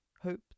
hope